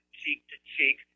cheek-to-cheek